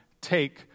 Take